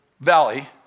valley